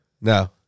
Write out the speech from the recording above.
No